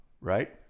right